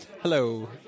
hello